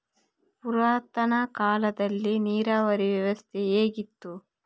ಪುರಾತನ ಕಾಲದಲ್ಲಿ ನೀರಾವರಿ ವ್ಯವಸ್ಥೆ ಹೇಗಿತ್ತು?